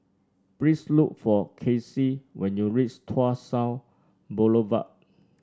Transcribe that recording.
please look for Kasey when you reach Tuas South Boulevard